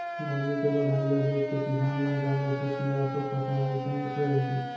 भोजली के बड़हई ल देखके किसान मन जान जाथे के ऑसो फसल ह अइसन रइहि